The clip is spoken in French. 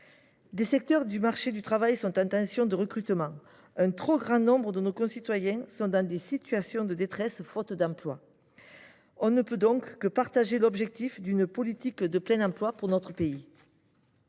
Des secteurs du marché du travail sont en tension de recrutement. Un trop grand nombre de nos concitoyens sont en situation de détresse faute d’emploi. On ne peut donc que partager l’objectif d’une politique de plein emploi pour notre pays.